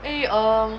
eh um